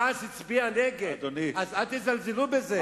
ש"ס הצביעה נגד, אז אל תזלזלו בזה.